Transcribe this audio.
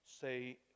say